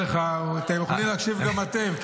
אתם יכולים להקשיב גם אתם,